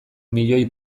milioi